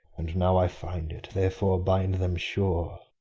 and now i find it therefore bind them sure,